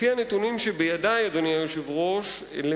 לפי הנתונים שבידי, אדוני היושב-ראש, יותר